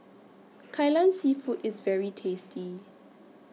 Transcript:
Kai Lan Seafood IS very tasty